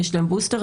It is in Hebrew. יש להם בוסטר.